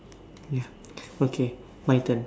ya okay my turn